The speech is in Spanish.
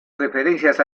referencias